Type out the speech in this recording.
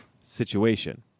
situation